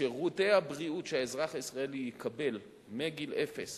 שירותי הבריאות שהאזרח הישראלי יקבל מגיל אפס